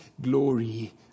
glory